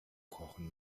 kochen